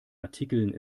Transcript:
artikeln